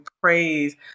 praise